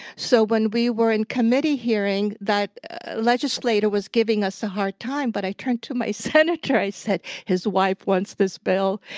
so when we were in committee hearing, that legislator was giving us a hard time, but i turned to my senator and i said, his wife wants this bill.